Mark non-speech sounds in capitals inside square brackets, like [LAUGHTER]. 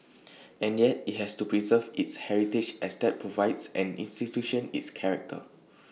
and yet IT has to preserve its heritage as that provides an institution its character [NOISE]